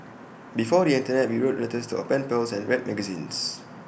before the Internet we wrote letters to our pen pals and read magazines